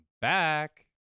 back